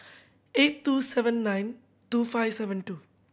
eight two seven nine two five seven two